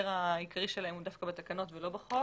העיקרי שלהם הוא דווקא בתקנות ולא בחוק.